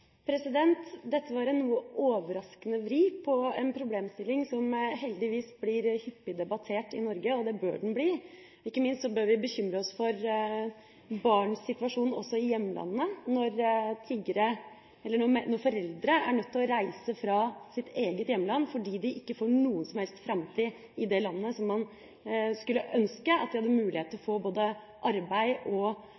Dette var en noe overraskende vri på en problemstilling som heldigvis blir hyppig debattert i Norge – og det bør den bli. Ikke minst bør vi bekymre oss for barns situasjon også i hjemlandet, når foreldre er nødt til å reise fra sitt eget hjemland fordi de ikke har noen som helst framtid i det landet der man skulle ønske at de hadde mulighet til å